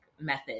method